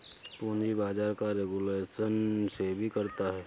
पूंजी बाजार का रेगुलेशन सेबी करता है